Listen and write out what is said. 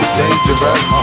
dangerous